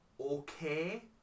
okay